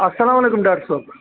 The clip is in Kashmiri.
اسلام وعلیکُم ڈاکٹر صٲب